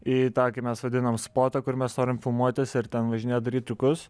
į tą kaip mes vadinam spotą kur mes norim filmuotis ir ten važinėjo daryt triukus